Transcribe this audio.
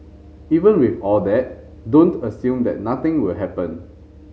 even with all that don't assume that nothing will happen